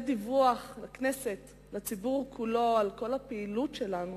דיווח לכנסת ולציבור כולו על הפעילות שלנו,